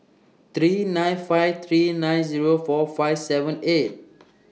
three nine five three nine Zero four five seven eight